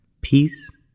peace